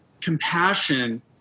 compassion